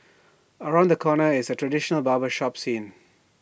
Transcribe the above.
around the corner is A traditional barber shop scene